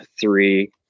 three